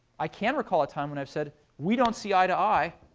i can recall a time when i've said, we don't see eye-to-eye,